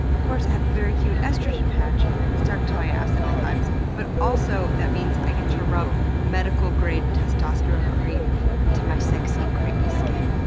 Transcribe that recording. of course i have a very cute estrogen patch stuck to my ass at all times, but also that means i get to rub medical-grade testosterone cream into my sexy, crepey skin,